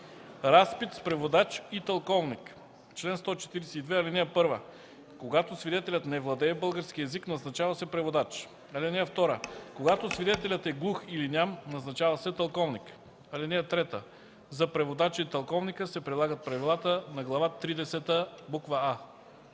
„Разпит с преводач и тълковник Чл. 142. (1) Когато свидетелят не владее български език, назначава се преводач. (2) Когато свидетелят е глух или ням, назначава се тълковник. (3) За преводача и тълковника се прилагат правилата на Глава тридесета